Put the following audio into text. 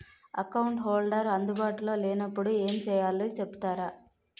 Account holder అందు బాటులో లే నప్పుడు ఎం చేయాలి చెప్తారా?